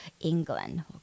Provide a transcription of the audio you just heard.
England